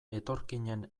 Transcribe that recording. etorkinen